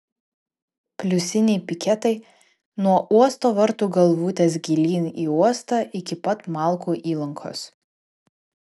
pliusiniai piketai nuo uosto vartų galvutės gilyn į uostą iki pat malkų įlankos